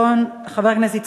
חבר הכנסת אברהם מיכאלי,